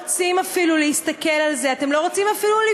בואו נודה על האמת: אתם לא רוצים אפילו להסתכל על זה.